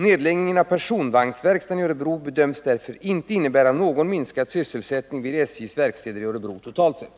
Nedläggningen av personvagnsverkstaden i Örebro bedöms därför inte innebära någon minskad sysselsättning vid SJ:s verkstäder i Örebro totalt sett.